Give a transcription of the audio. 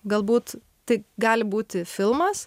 galbūt tai gali būti filmas